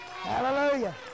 Hallelujah